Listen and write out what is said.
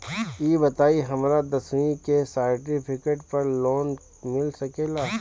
ई बताई हमरा दसवीं के सेर्टफिकेट पर लोन मिल सकेला?